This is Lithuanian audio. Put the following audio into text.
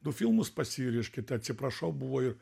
du filmus pas jį reiškia tai atsiprašau buvo ir